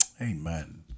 Amen